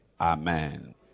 Amen